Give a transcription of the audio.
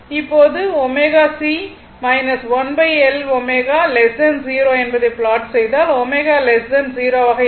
இப்போது ωC 1L ω 0 எனபதை plot செய்தால் ω 0 ஆக இருக்கும்